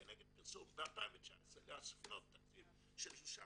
כנגד פרסום ב-2019 להפנות תקציב של שלושה